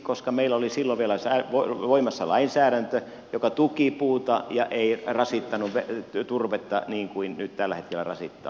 koska meillä oli silloin vielä voimassa lainsäädäntö joka tuki puuta ja ei rasittanut turvetta niin kuin nyt tällä hetkellä rasittaa